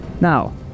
Now